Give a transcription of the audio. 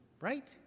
Right